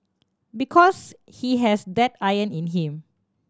because he has that iron in him